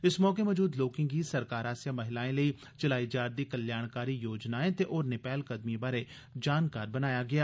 इस मौके मौजूद लोके गी सरकार आसेआ महिलाएं लेई चलाई जा'रदी कल्याणकारी योजनाएं ते होरनें पैहलकदमिएं बारै बी जानकार बनाया गेआ